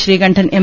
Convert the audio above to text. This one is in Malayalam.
ശ്രീകണ്ഠൻ എം